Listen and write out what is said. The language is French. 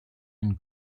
une